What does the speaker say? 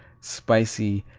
spicy,